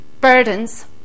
burdens